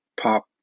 pop